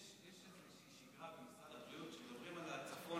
יש איזושהי שגרה במשרד הבריאות שכשמדברים על הצפון